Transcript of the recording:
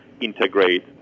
integrate